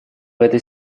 этой